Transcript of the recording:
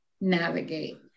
navigate